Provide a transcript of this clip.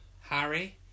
Harry